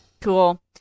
Cool